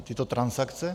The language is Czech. Tyto transakce?